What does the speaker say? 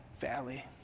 valley